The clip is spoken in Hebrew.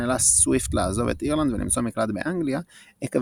נאלץ סוויפט לעזוב את אירלנד ולמצוא מקלט באנגליה עקב